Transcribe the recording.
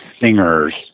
singers